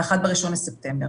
ואחת ב-1 בספטמבר.